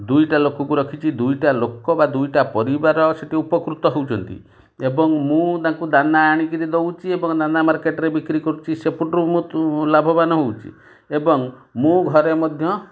ଦୁଇଟା ଲୋକକୁ ରଖିଛି ଦୁଇଟା ଲୋକ ବା ଦୁଇଟା ପରିବାର ସେଠି ଉପକୃତ ହେଉଛନ୍ତି ଏବଂ ମୁଁ ତାଙ୍କୁ ଦାନା ଆଣିକରି ଦେଉଛି ଏବଂ ଦାନା ମାର୍କେଟରେ ବିକ୍ରି କରୁଛି ସେପଟରୁ ମୁଁ ଲାଭବାନ ହେଉଛି ଏବଂ ମୁଁ ଘରେ ମଧ୍ୟ